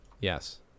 Yes